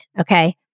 okay